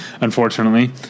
Unfortunately